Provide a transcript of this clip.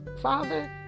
Father